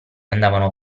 andavano